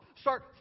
Start